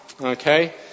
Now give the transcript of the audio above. Okay